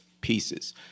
pieces